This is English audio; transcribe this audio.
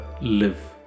live